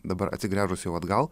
dabar atsigręžus jau atgal